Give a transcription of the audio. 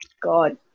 God